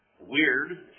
weird